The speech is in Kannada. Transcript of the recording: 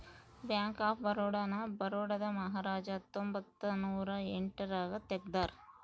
ಬ್ಯಾಂಕ್ ಆಫ್ ಬರೋಡ ನ ಬರೋಡಾದ ಮಹಾರಾಜ ಹತ್ತೊಂಬತ್ತ ನೂರ ಎಂಟ್ ರಾಗ ತೆಗ್ದಾರ